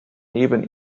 neben